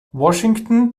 washington